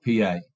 PA